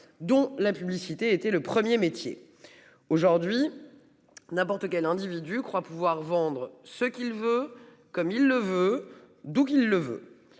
dont la publicité était le 1er métier. Aujourd'hui. N'importe quel individu croit pouvoir vendre ce qu'il veut comme il veut, d'où qu'il le veut.